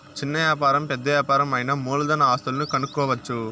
చిన్న వ్యాపారం పెద్ద యాపారం అయినా మూలధన ఆస్తులను కనుక్కోవచ్చు